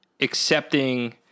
accepting